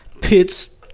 Pits